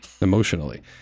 emotionally